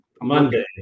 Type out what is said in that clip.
Monday